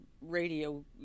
radio